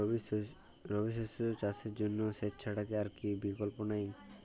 রবি শস্য চাষের জন্য সেচ ছাড়া কি আর কোন বিকল্প নেই?